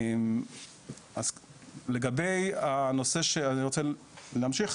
אני רוצה להמשיך,